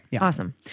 Awesome